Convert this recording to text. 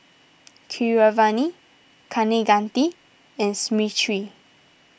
Keeravani Kaneganti and Smriti